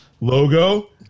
logo